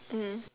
mm